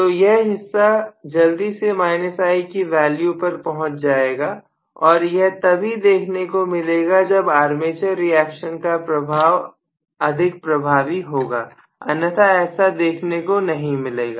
तो यह हिस्सा जल्दी से I की वैल्यू पर पहुंच जाएगा और यह तभी देखने को मिलेगा जब आर्मेचर रिएक्शन का प्रभाव अधिक प्रभावी होगा अन्यथा ऐसा देखने को नहीं मिलेगा